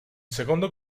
secondo